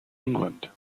england